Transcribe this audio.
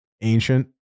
Ancient